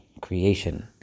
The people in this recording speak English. creation